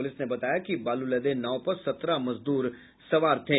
police ने बताया कि बालू लदे नाव पर सत्रह मजदूर सवार थे